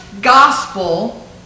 gospel